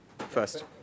first